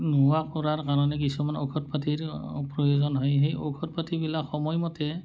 নোহোৱা কৰাৰ কাৰণে কিছুমান ঔষধ পাতিৰ প্ৰয়োজন হয় সেই ঔষধ পাতিবিলাক সময়মতে